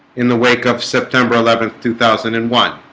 in the wake of september eleventh two thousand and one